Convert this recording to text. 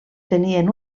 tenien